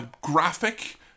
graphic